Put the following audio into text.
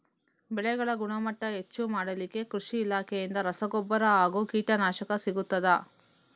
ಬೆಳೆಗಳ ಗುಣಮಟ್ಟ ಹೆಚ್ಚು ಮಾಡಲಿಕ್ಕೆ ಕೃಷಿ ಇಲಾಖೆಯಿಂದ ರಸಗೊಬ್ಬರ ಹಾಗೂ ಕೀಟನಾಶಕ ಸಿಗುತ್ತದಾ?